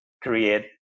create